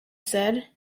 said